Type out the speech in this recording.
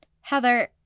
Heather